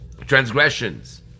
transgressions